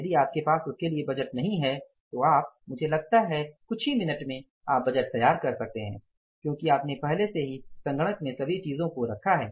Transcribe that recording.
यदि आपके पास उसके लिए बजट नहीं है तो आप मुझे लगता है कि कुछ ही मिनटों में आप बजट तैयार कर सकते हैं क्योंकि आपने पहले से ही सिस्टम में सभी चीजों को रखा है